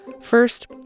First